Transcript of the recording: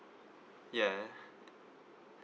ya